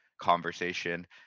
conversation